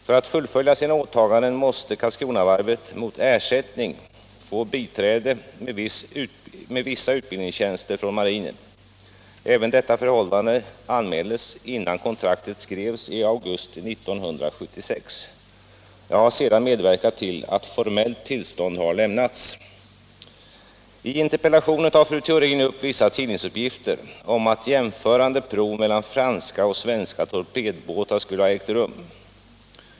För att fullfölja sina åtaganden måste Karlskronavarvet mot ersättning få biträde med vissa utbildningstjänster från marinen. Även detta förhållande anmäldes innan kontraktet skrevs i augusti 1976. Jag har sedan medverkat till att formellt tillstånd har lämnats. I interpellationen tar fru Theorin upp vissa tidningsuppgifter om att jämförande prov mellan franska och svenska torpedbåtar skulle ha ägt rum.